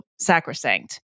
sacrosanct